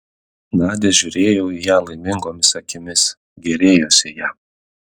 nadia žiūrėjo į ją laimingomis akimis gėrėjosi ja